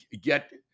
get